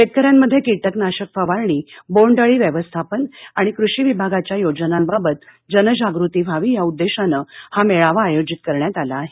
शेतकऱ्यांमध्ये किटकनाशक फवारणी बोंडअळी व्यवस्थापन आणि कृषी विभागाच्या योजनाबाबत जनजागृती व्हावी या उद्देशानं हा मेळावा आयोजित करण्यात आला आहे